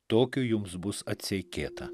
tokiu jums bus atseikėta